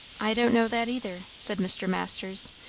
i don't know that either, said mr. masters,